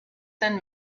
send